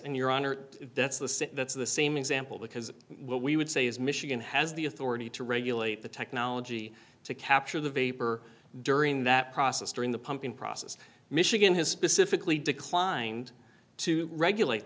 same that's the same example because what we would say is michigan has the authority to regulate the technology to capture the vapor during that process during the pumping process michigan has specifically declined to regulate